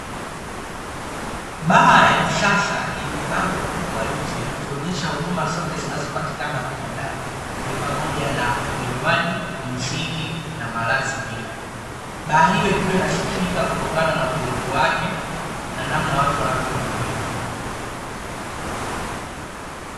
Baa ya kisasa yenye bango kubwa nje ikionyesha huduma zote zinazopatikana humo ndani, ni pamoja na vinywaji, mziki na malazi pia. Baa hiyo ikiwa inasifika kutokana na utulivu wake na namna watu wanavyo hudumiwa.